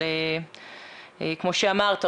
אבל כמו שאמרת,